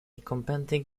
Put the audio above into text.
competing